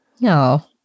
No